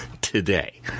today